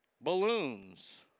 balloons